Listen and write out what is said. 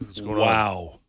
Wow